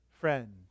friend